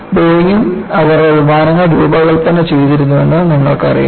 ബോയിംഗും അവരുടെ വിമാനങ്ങൾ രൂപകൽപ്പന ചെയ്തിരുന്നുവെന്ന് നമ്മൾക്കറിയാം